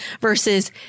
versus